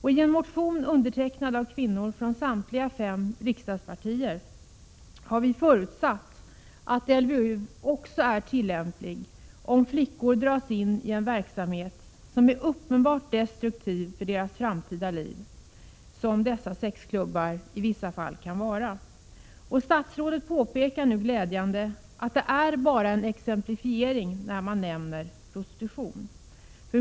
I en motion undertecknad av kvinnor från samtliga fem riksdagspartier har vi förutsatt att LVU också är tillämplig om flickor dras in i en verksamhet som är uppenbart destruktiv för deras framtida liv — så som dessa sexklubbar i vissa fall kan vara. Statsrådet påpekar nu glädjande nog att det bara är en exemplifiering när man nämner prostitution.